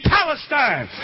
Palestine